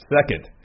Second